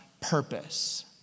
purpose